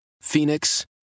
Phoenix